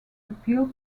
appeal